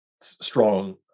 strong